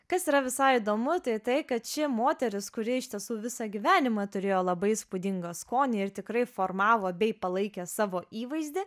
kas yra visai įdomu tai kad ši moteris kuri iš tiesų visą gyvenimą turėjo labai įspūdingą skonį ir tikrai formavo bei palaikė savo įvaizdį